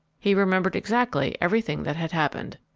he remembered exactly everything that had happened.